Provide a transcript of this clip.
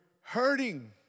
hurting